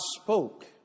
spoke